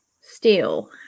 steel